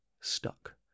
stuck